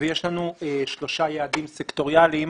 ויש לנו שלושה יעדים סקטוריאליים